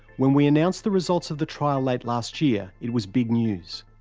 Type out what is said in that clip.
when we announced the results of the trial late last year, it was big news.